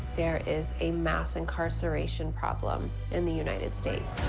there is a mass incarceration problem in the united states.